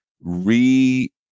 re